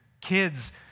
kids